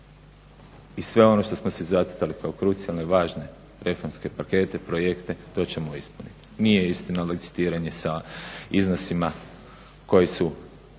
i sve ono što smo si zacrtali kao krucijalne i važne refrenske pakete, projekte, to ćemo ispuniti. Nije istina licitiranje sa iznosima koji su